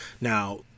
Now